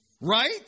right